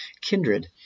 kindred